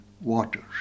waters